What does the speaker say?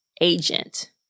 agent